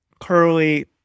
Curly